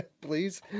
please